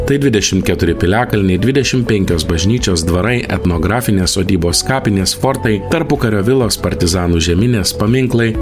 tai dvidešim keturi piliakalniai dvidešim penkios bažnyčios dvarai etnografinės sodybos kapinės fortai tarpukario vilos partizanų žeminės paminklai